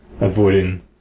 avoiding